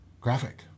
graphic